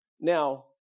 Now